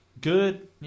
good